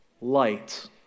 Light